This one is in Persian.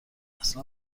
اصلا